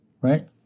right